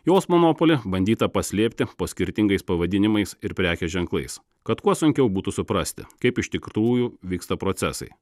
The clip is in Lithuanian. jos monopolį bandyta paslėpti po skirtingais pavadinimais ir prekių ženklais kad kuo sunkiau būtų suprasti kaip ištiktųjų vyksta procesai